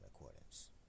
accordance